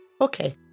okay